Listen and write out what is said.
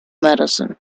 medicine